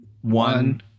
one